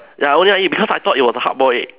ya only I eat because I thought it was a hard boiled egg